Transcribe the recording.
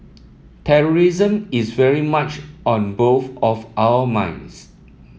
terrorism is very much on both of our minds